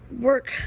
work